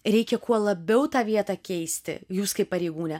reikia kuo labiau tą vietą keisti jūs kaip pareigūne